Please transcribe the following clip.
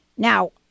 Now